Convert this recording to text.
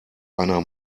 einer